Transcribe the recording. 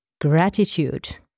gratitude